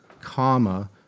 comma